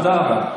תודה רבה.